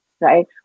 right